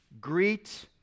greet